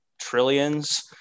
trillions